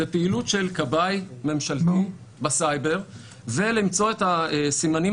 זה פעילות של "כבאי" ממשלתי בסייבר ולמצוא את הסימנים